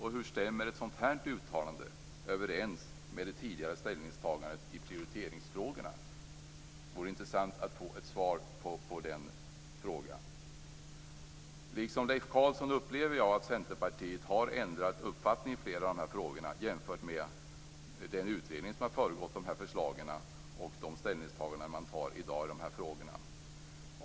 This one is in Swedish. Hur stämmer ett sådant här uttalande överens med det tidigare ställningstagandet i prioriteringsfrågorna? Det vore intressant att få ett svar på den frågan. Liksom Leif Carlson upplever jag att centerpartiet har ändrat uppfattning i fler av dessa frågor i förhållande till den utredning som har föregått dessa förslag och de ställningstaganden som man gör i dag i dessa frågor.